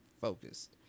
focused